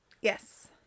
Yes